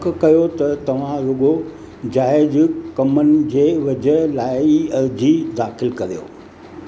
पक कयो त तव्हां रुॻो जाइज कमनि जे वझ लाइ अर्ज़ी दाख़िल करियो